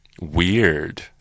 Weird